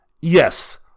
Yes